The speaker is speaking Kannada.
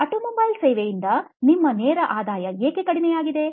ಆಟೋಮೊಬೈಲ್ ಸೇವೆಯಿಂದ ನಿಮ್ಮ ನೇರ ಆದಾಯ ಏಕೆ ಕಡಿಮೆಯಾಗಿದೆ